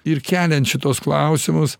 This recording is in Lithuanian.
ir keliant šituos klausimus